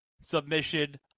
Submission